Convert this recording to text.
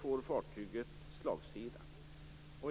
får fartyget slagsida.